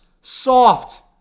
Soft